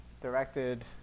directed